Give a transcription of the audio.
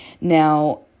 now